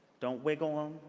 don't wiggle them.